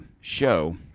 show